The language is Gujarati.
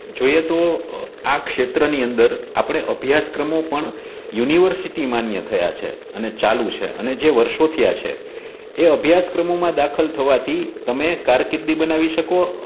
જોઈએ તો આ ક્ષેત્રની અંદર આપણે અભ્યાસક્રમો પણ યુનિવર્સિટી માન્ય થયા છે અને ચાલુ છે અને જે વર્ષોથી આ છે એ અભ્યાસક્રમોમાં દાખલ થવાથી તમે કારકિર્દી બનાવી શકો